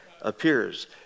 appears